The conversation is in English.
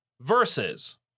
versus